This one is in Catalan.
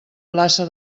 plaça